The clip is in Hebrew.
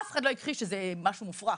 אף אחד לא הכחיש שזה משהו מופרך.